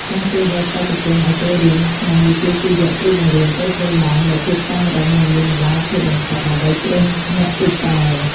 ការជ្រើសរើសបេក្ខជនឱ្យចូលរៀនក្នុងវិជ្ជាជីវៈគ្រូបង្រៀនត្រូវធ្វើឡើងដោយភាពតឹងរ៉ឹងនិងមានតម្លាភាពបំផុតដើម្បីជ្រើសអ្នកពូកែ។